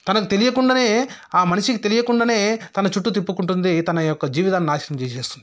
తనకు తెలియకుండనే ఆ మనిషికి తెలియకుండనే తన చుట్టూ తిప్పుకుంటుంది తన యొక్క జీవితాన్ని నాశనం చేసేస్తుంది